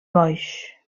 boix